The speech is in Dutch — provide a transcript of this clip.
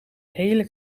hele